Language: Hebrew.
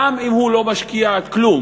גם אם הוא לא משקיע כלום,